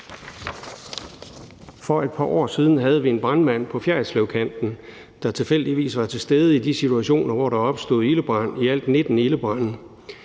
For et par år siden havde vi en brandmand på Fjerritslevkanten, der tilfældigvis var til stede i de situationer, hvor der opstod ildebrand, i alt 19 ildebrande,